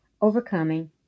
overcoming